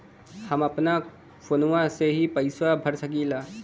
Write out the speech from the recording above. हम अपना फोनवा से ही पेसवा भर सकी ला?